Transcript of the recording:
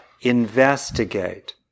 investigate